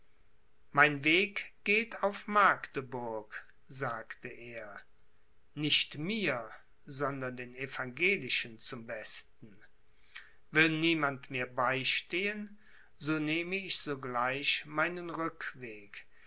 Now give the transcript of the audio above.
mein weg geht auf magdeburg sagte er nicht mir sondern den evangelischen zum besten will niemand mir beistehen so nehme ich sogleich meinen rückweg